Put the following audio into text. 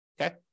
okay